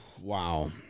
wow